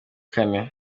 kane